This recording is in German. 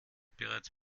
bereits